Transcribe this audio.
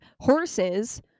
horses